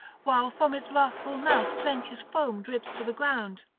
while from its wrathful mouth plenteous foam drips to the ground.